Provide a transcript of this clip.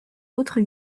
autre